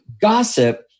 Gossip